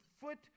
foot